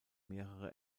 mehrere